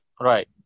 Right